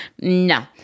No